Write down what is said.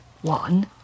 One